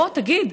בוא תגיד,